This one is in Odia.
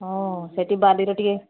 ହଁ ସେଟି ବାଲିର ଟିକିଏ